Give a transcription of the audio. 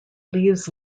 leaves